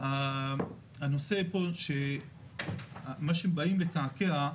זו מטרת המקסימום שלי.